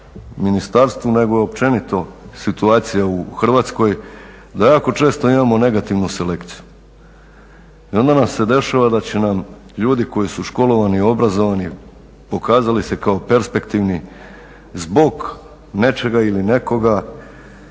ministarstvu nego općenito situacija u Hrvatskoj da jako često imamo negativnu selekciju. I onda nam se dešava da će nam ljudi koji su školovani i obrazovani, pokazali se kao perspektivni zbog nečega ili nekoga